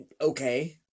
okay